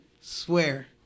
swear